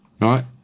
right